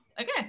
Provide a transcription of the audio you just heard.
Okay